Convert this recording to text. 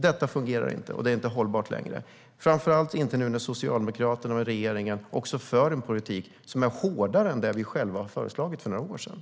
Detta fungerar inte och är inte hållbart längre, framför allt inte nu när Socialdemokraterna och regeringen för en politik som är hårdare än den vi själva föreslog för några år sedan.